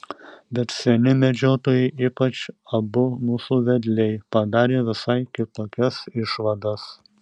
bet seni medžiotojai ypač abu mūsų vedliai padarė visai kitokias išvadas